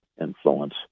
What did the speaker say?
influence